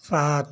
सात